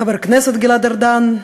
חבר הכנסת גלעד ארדן,